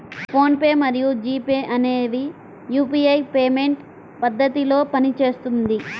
phone pay మరియు G pay అనేవి UPI payment పద్ధతిలో పనిచేస్తుంది